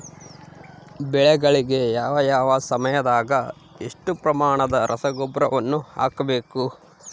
ಬೆಳೆಗಳಿಗೆ ಯಾವ ಯಾವ ಸಮಯದಾಗ ಎಷ್ಟು ಪ್ರಮಾಣದ ರಸಗೊಬ್ಬರವನ್ನು ಹಾಕಬೇಕು?